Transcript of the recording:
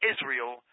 Israel